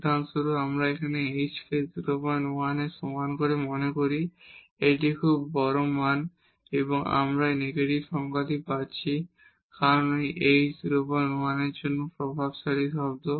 উদাহরণস্বরূপ আমরা h কে 01 এর সমান মনে করি এটি খুব বড় মান এবং আমরা এই নেগেটিভ সংখ্যাটি পাচ্ছি কারণ এই h 01 এর জন্য ডোমিনেটিং টার্ম